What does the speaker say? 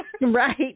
Right